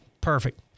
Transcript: Perfect